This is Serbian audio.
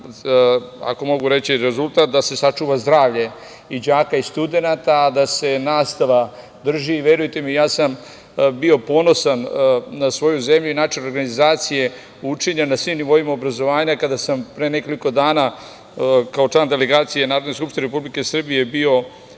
izvanredan rezultat da se sačuva zdravlje i đaka i studenata, a da se nastava održi. Verujte mi, ja sam bio ponosan na svoju zemlju i način organizacije, učinjen na svim nivoima obrazovanja, kada sam pre nekoliko dana kao član delegacije Narodne skupštine Republike Srbije bio